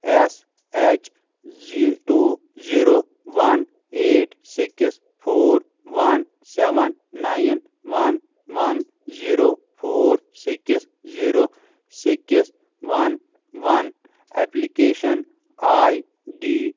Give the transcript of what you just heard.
S H Z two zero one eight six four one seven nine one one zero four six zero six one one application I D